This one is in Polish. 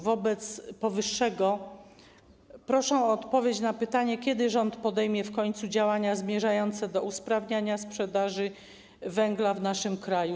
Wobec powyższego proszę o odpowiedź na pytanie, kiedy rząd podejmie w końcu działania zmierzające do usprawnienia sprzedaży węgla w naszym kraju.